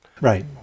Right